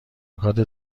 نکات